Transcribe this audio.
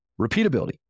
Repeatability